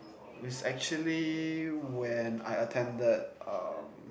was actually when I attended um